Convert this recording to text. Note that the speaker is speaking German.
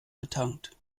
betankt